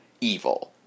evil